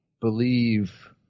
believe